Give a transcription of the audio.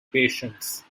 patients